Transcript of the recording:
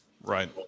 Right